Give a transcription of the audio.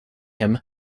him